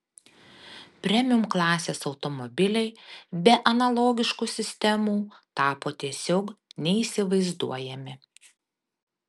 premium klasės automobiliai be analogiškų sistemų tapo tiesiog neįsivaizduojami